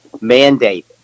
mandate